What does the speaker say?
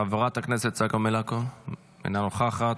חברת הכנסת צגה מלקו, אינה נוכחת,